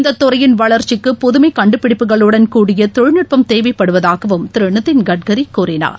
இந்ததுறையின் வளர்ச்சிக்கு புதுமைகண்டுபிடிப்புகளுடன் கூடிய தொழில்நுட்பம் தேவைப்படுவதாகவும் திருநிதின் கட்கரிகூறினார்